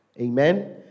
Amen